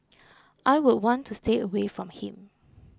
I would want to stay away from him